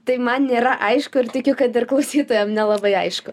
tai man nėra aišku ir tikiu kad ir klausytojam nelabai aišku